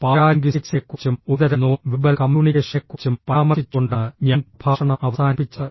പാരാലിംഗ്വിസ്റ്റിക്സിനെക്കുറിച്ചും ഒരുതരം non verbal കമ്മ്യൂണിക്കേഷനെക്കുറിച്ചും പരാമർശിച്ചുകൊണ്ടാണ് ഞാൻ പ്രഭാഷണം അവസാനിപ്പിച്ചത്